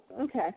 Okay